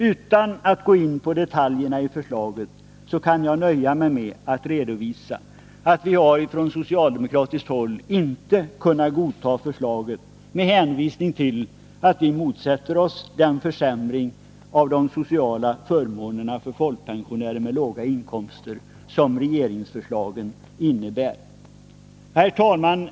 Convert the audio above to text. Utan att gå in på detaljerna i förslaget kan jag nöja mig med att redovisa att vi på socialdemokratiskt håll inte har kunnat godta förslaget med hänvisning till att vi motsätter oss den försämring av de sociala förmånerna för folkpensionärer med låga inkomster som regeringsförslaget innebär.